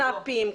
סאפים,